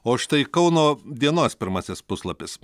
o štai kauno dienos pirmasis puslapis